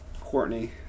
Courtney